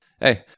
hey